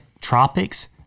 Tropics